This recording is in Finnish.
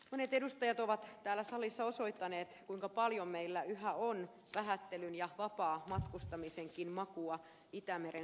monet edustajat ovat täällä salissa osoittaneet kuinka paljon meillä yhä on vähättelyn ja vapaamatkustamisenkin makua itämeren suojelussa